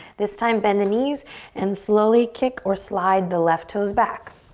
this time, bend the knees and slowly kick or slide the left toes back.